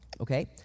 Okay